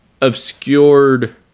obscured